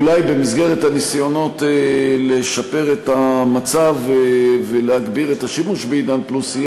אולי במסגרת הניסיונות לשפר את המצב ולהגביר את השימוש ב"עידן פלוס",